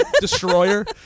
destroyer